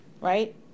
right